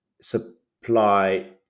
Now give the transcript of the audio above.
supply